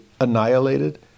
annihilated